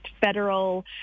federal